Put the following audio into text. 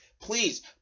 please